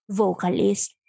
vocalist